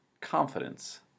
confidence